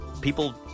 people